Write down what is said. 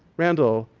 randall,